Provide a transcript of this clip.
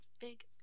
big